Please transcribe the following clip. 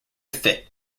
fit